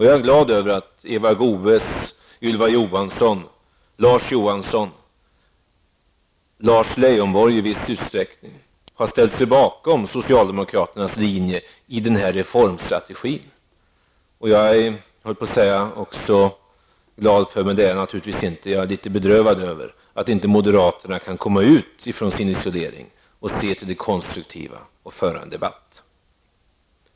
Jag är glad över att Eva Goe s, Ylva Johansson, Larz Johansson och Lars Leijonborg i viss utsträckning har ställt sig bakom socialdemokraternas linje i denna reformstrategi. Jag är däremot litet bedrövad över att moderaterna inte kan komma ut från sin isolering, se till det konstruktiva och föra en debatt.